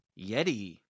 yeti